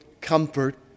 comfort